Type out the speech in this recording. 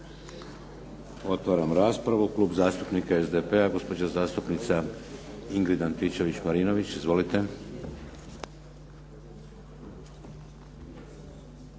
Otvaram raspravu. Klub zastupnika SDP-a gospođa zastupnica Ingrid Antičević-Marinović. Izvolite.